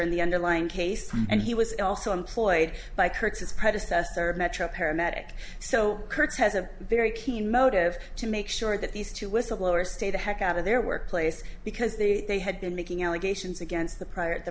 in the underlying case and he was also employed by kirk's its predecessor match up aromatic so kurtz has a very keen motive to make sure that these two whistleblowers stay the heck out of their work place because they they had been making allegations against the prior the